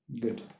good